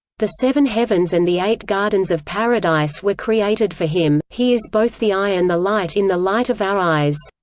the seven heavens and the eight gardens of paradise were created for him, he is both the eye and the light in the light of our eyes.